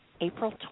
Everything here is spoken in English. April